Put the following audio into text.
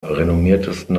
renommiertesten